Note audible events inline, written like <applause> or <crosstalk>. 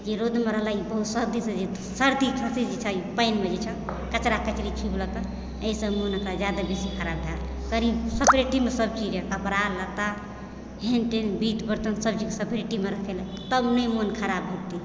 ई रौदमे रहल है ई <unintelligible> सर्दी खाँसी जे छै पानिमे जे छै कचरा कचरी एहि सभ सँ तबियत बेसी खराब भए गेल है शरीर सफरेतीमे सभ चीज छै कपड़ा लत्ता येन तेन बीट बर्तन सभ चीज सफरेतीमे रखलक तब नहि मोन खराब हेतै